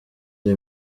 the